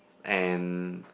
and